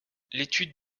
l’étude